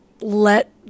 let